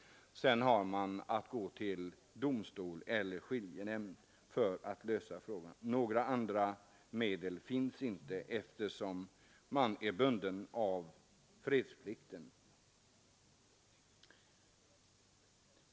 Sedan har man att gå till domstol eller skiljenämnd för att lösa tvisterna. Några andra medel finns inte, eftersom man är bunden av fredsplikt.